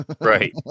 Right